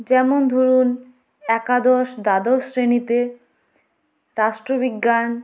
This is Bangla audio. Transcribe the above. যেমন ধরুন একাদশ দ্বাদশ শ্রেণীতে রাষ্ট্রবিজ্ঞান